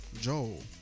Joel